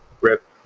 rip